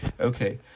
Okay